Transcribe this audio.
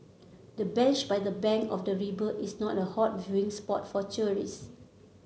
the bench by the bank of the river is not a hot viewing spot for tourist